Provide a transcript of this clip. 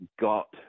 got